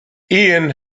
ian